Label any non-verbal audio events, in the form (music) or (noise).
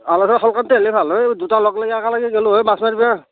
অলপ (unintelligible) ভাল হয় দুইটা লগলাগি একেলগে গলোঁ হয় মাছ মাৰিব